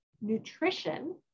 nutrition